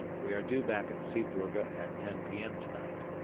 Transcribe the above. we are due back at zeebrugge at ten p m. to-night.